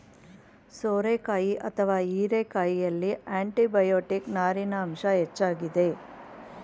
ಸೋರೆಕಾಯಿ ಅಥವಾ ಹೀರೆಕಾಯಿಯಲ್ಲಿ ಆಂಟಿಬಯೋಟಿಕ್, ನಾರಿನ ಅಂಶ ಹೆಚ್ಚಾಗಿದೆ